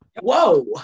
Whoa